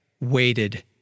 waited